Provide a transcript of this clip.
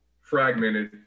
fragmented